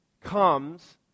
comes